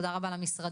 תודה רבה למשרדים,